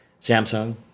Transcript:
Samsung